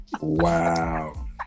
Wow